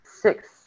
six